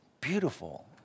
beautiful